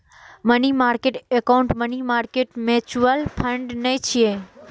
money market account money market mutual fund नै छियै